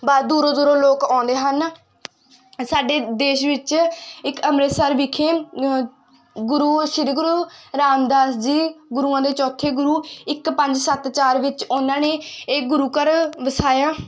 ਬਾਹਰ ਦੂਰੋਂ ਦੂਰੋਂ ਲੋਕ ਆਉਂਦੇ ਹਨ ਸਾਡੇ ਦੇਸ਼ ਵਿੱਚ ਇੱਕ ਅੰਮ੍ਰਿਤਸਰ ਵਿਖੇ ਗੁਰੂ ਸ਼੍ਰੀ ਗੁਰੂ ਰਾਮਦਾਸ ਜੀ ਗੁਰੂਆਂ ਦੇ ਚੌਥੇ ਗੁਰੂ ਇੱਕ ਪੰਜ ਸੱਤ ਚਾਰ ਵਿੱਚ ਉਹਨਾਂ ਨੇ ਇਹ ਗੁਰੂ ਘਰ ਵਸਾਇਆ